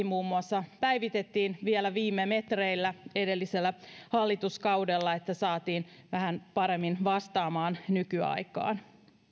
muun muassa lastensuojelulaki päivitettiin vielä viime metreillä edellisellä hallituskaudella jotta se saatiin vähän paremmin vastaamaan nykyaikaa